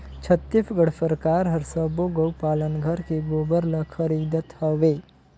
छत्तीसगढ़ सरकार हर सबो गउ पालन घर के गोबर ल खरीदत हवे